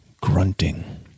grunting